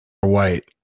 white